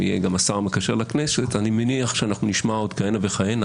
יהיה גם השר המקשר לכנסת - אני מניח שאנחנו נשמע עוד כהנה וכהנה